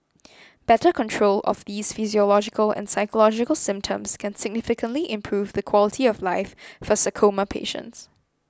better control of these physiological and psychological symptoms can significantly improve the quality of life for sarcoma patients